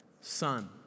Son